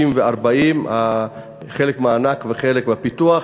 60 ו-40, חלק מענק וחלק בפיתוח,